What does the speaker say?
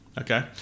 Okay